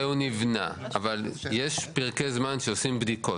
מתי הוא נבנה, אבל יש פרקי זמן שבהם עושים בדיקות.